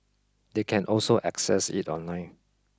they can also access it online